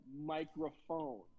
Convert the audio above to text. microphone